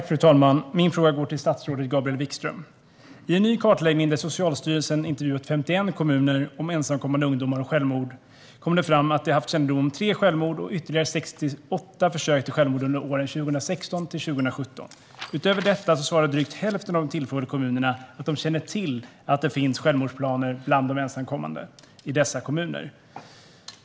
Fru talman! Min fråga går till statsrådet Gabriel Wikström. I en ny kartläggning där Socialstyrelsen har intervjuat 51 kommuner om ensamkommande ungdomar och självmord kom det fram att de haft kännedom om tre självmord och ytterligare 68 försök till självmord under åren 2016-2017. Utöver detta svarade drygt hälften av de tillfrågade kommunerna att de känner till att det finns självmordsplaner bland de ensamkommande i dessa kommuner.